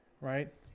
right